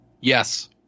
Yes